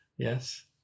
Yes